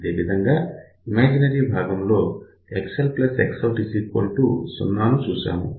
అదేవిధంగా ఇమాజినరీ భాగంలో XlXout 0 ను చూశాము